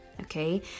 okay